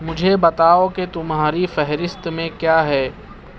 مجھے بتاؤ کہ تمہاری فہرست میں کیا ہے